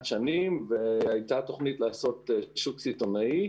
שנים והייתה תכנית לעשות שוק סיטונאי.